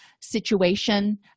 situation